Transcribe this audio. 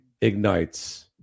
Ignites